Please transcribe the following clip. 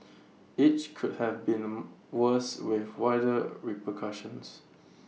each could have been worse with wider repercussions